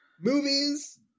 movies